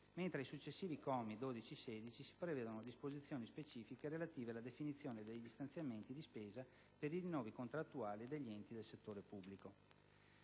mentre ai successivi commi 12-16 si prevedono disposizioni specifiche relative alla definizione degli stanziamenti di spesa per i rinnovi contrattuali degli enti del settore pubblico.